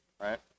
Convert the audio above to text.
right